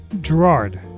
Gerard